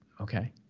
Okay